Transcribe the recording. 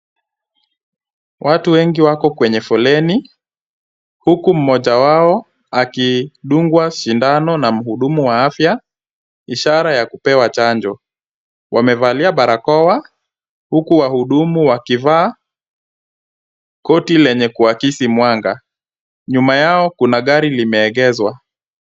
Watu wengi wako kwenye foleni, huku mmoja wao akidungwa sindano na mhudumu wa afya, ishara ya kupewa chanjo. Wamevalia barakoa, huku wahudumu wakivaa koti lenye kuwakisi mwanga. Nyuma yao kuna gari limeegezwa.